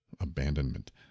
abandonment